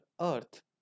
earth